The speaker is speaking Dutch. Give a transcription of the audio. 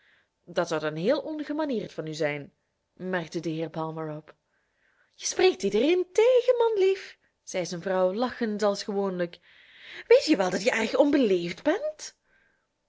dat zou dan heel ongemanierd van u zijn merkte de heer palmer op je spreekt iedereen tegen manlief zei zijn vrouw lachend als gewoonlijk weet je wel dat je erg onbeleefd bent